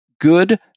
good